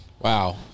Wow